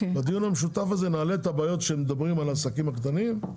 בדיון המשותף הזה נעלה את הבעיות שיש לגבי עסקים קטנים.